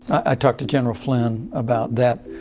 i talked to general flynn about that.